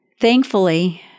thankfully